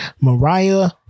Mariah